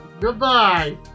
goodbye